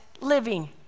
living